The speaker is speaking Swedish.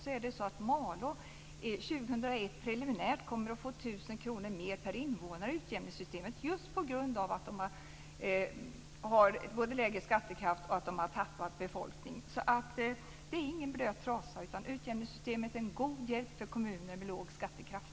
År 2001, preliminärt, kommer Malå att få 1 000 kr mer per invånare i utjämningssystemet, just på grund av att kommunen har lägre skattekraft och har tappat befolkning. Det är ingen blöt trasa. Utjämningssystemet är en god hjälp för kommuner med låg skattekraft.